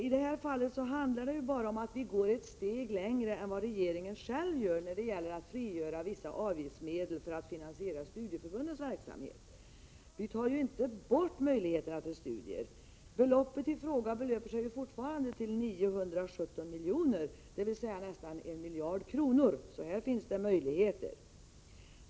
I det här fallet handlar det bara om att vi går ett steg längre än vad regeringen själv gör när det gäller att frigöra vissa avgiftsmedel för att finansiera studieförbundens verksamhet. Vi tar ju inte bort möjligheterna till studier. Beloppet i fråga är ju fortfarande 917 miljoner, dvs. nästan 1 miljard kronor, så här finns det möjligheter.